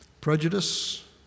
Prejudice